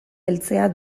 heltzea